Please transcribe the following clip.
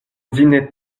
dînait